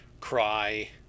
cry